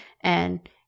and-